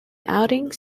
outings